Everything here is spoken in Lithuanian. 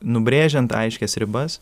nubrėžiant aiškias ribas